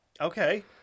Okay